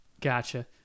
Gotcha